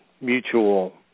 mutual